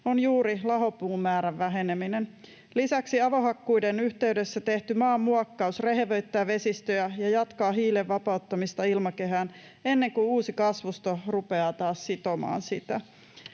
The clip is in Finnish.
on juuri lahopuun määrän väheneminen. Lisäksi avohakkuiden yhteydessä tehty maanmuokkaus rehevöittää vesistöjä ja jatkaa hiilen vapauttamista ilmakehään, ennen kuin uusi kasvusto rupeaa taas sitomaan sitä.